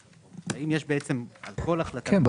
כן.